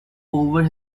over